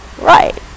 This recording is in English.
Right